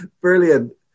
Brilliant